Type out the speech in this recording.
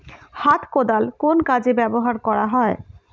হাত কোদাল কোন কাজে ব্যবহার করা হয়?